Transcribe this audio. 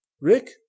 Rick